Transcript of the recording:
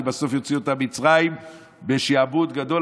בסוף אוציא אותם ממצרים בשעבוד גדול?